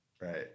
right